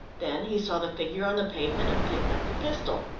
then he saw the figure on the pavement and picked up the pistol.